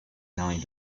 nine